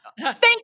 Thank